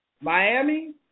Miami